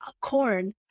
corn